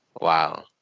Wow